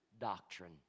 doctrine